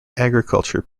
agriculture